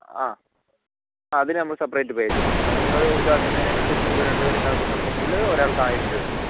ആ അതിന് നമ്മൾ സെപ്പറേറ്റ് പേ ചെയ്യണം അത് നിങ്ങൾ ഇത് ആക്കുന്നതിന് അനുസരിച്ച് രണ്ട് പേരെയും ഇത് ആക്കുന്നുണ്ടെങ്കിൽ ഒരാൾക്ക് ആയിരം രൂപ വെച്ചിട്ട്